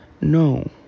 No